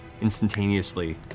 instantaneously